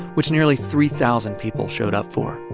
which nearly three thousand people showed up for,